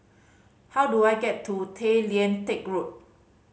how do I get to Tay Lian Teck Road